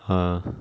!huh!